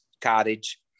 cottage